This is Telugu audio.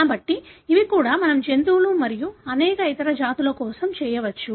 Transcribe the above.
కాబట్టి ఇవి కూడా మనం జంతువులు మరియు అనేక ఇతర జాతుల కోసం చేయవచ్చు